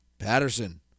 Patterson